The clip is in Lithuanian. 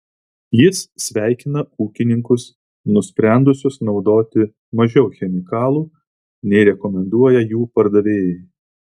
jis sveikina ūkininkus nusprendusius naudoti mažiau chemikalų nei rekomenduoja jų pardavėjai